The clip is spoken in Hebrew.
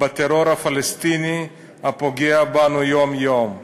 בטרור הפלסטיני הפוגע בנו יום-יום.